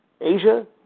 Asia